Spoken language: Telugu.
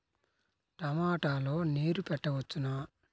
టమాట లో నీరు పెట్టవచ్చునా?